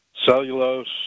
Cellulose